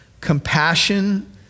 compassion